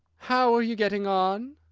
how are you getting on?